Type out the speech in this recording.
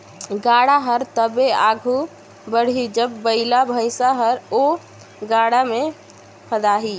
गाड़ा हर तबे आघु बढ़ही जब बइला भइसा हर ओ गाड़ा मे फदाही